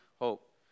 hope